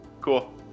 cool